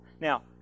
Now